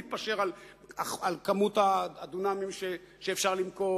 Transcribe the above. נתפשר על כמות הדונמים שאפשר למכור,